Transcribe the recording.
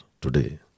today